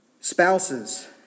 Spouses